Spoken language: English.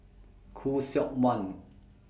Khoo Seok Wan